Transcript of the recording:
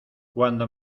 cuando